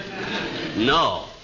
No